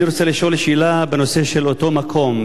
אני רוצה לשאול שאלה בנושא של אותו מקום.